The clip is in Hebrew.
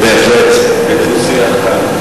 לא בדו-שיח כאן.